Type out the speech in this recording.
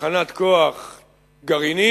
תחנת כוח גרעינית,